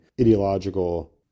ideological